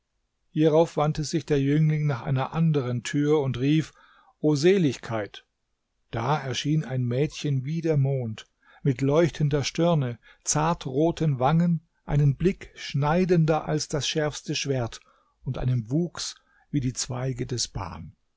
hierauf wandte sich der jüngling nach einer anderen mir und rief o seligkeit da erschien ein mädchen wie der mond mit leuchtender stirne zartroten wangen einem blick schneidender als das schärfste schwert und einem wuchs wie die zweige des ban